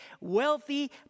wealthy